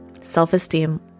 self-esteem